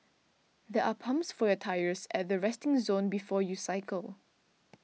there are pumps for your tyres at the resting zone before you cycle